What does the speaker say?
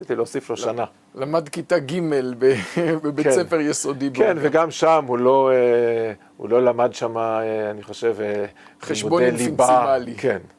רציתי להוסיף לו שנה. -למד כיתה ג' ב... בבית ספר יסודי. -כן, וגם שם הוא לא... הוא לא למד שמה, אני חושב, לימודי ליבה. -חשבון אינפיניטסימלי. -כן.